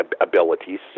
abilities